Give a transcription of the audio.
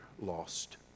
lost